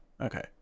okay